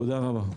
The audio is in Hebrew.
תודה רבה.